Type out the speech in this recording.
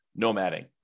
nomading